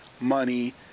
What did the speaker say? money